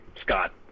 Scott